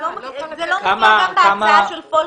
זה לא היה בהצעת החוק הממשלתית.